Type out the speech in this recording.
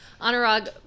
Anurag